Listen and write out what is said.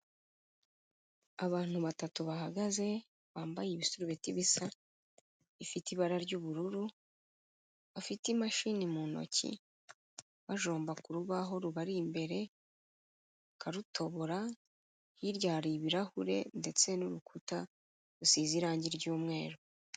Abantu batatu bahagaze, bambaye ibisurubeti bisa, bifite ibara ry'ubururu, bafite imashini mu ntoki, bajomba ku rubaho rubari imbere bakarutobora, hirya hari ibirahure ndetse n'urukuta rusize irangi ry'umweru.